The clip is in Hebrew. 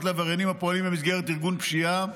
לעבריינים הפועלים במסגרת ארגון פשיעה,